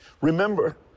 remember